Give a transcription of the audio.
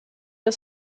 der